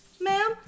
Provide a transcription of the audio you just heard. Ma'am